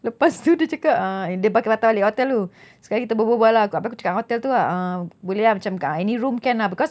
lepas tu dia cakap uh yang dia patah balik hotel tu sekali kita berbual-berbual uh abeh aku cakap dengan hotel tu ah boleh ah macam any room can ah because